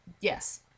Yes